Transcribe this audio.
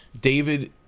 David